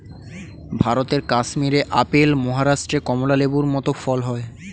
ভারতের কাশ্মীরে আপেল, মহারাষ্ট্রে কমলা লেবুর মত ফল হয়